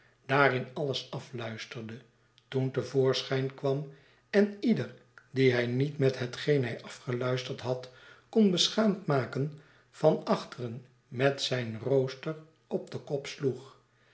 daarin alles afluisterde toen te voorschijn kwam en ieder dien hij niet met hetgeen hij afgeluisterd had kon beschaamd maken van achteren met zijn rooster op den kop sloeg